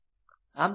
આમ તેને સમજાવું